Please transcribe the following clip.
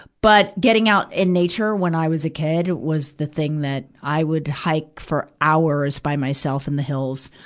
but, getting out in nature when i was a kid was the thing that, i would hike for hours by myself in the hills,